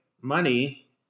money